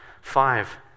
five